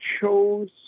chose